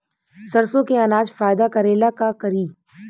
सरसो के अनाज फायदा करेला का करी?